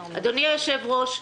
אדוני היושב-ראש,